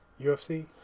UFC